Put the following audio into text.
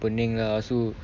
pening lah so